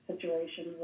situation